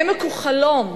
העמק הוא חלום,